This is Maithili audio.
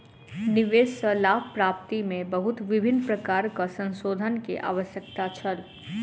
निवेश सॅ लाभ प्राप्ति में बहुत विभिन्न प्रकारक संशोधन के आवश्यकता छल